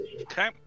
Okay